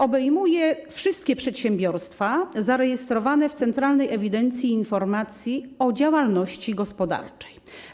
Obejmuje wszystkie przedsiębiorstwa zarejestrowane w Centralnej Ewidencji i Informacji o Działalności Gospodarczej.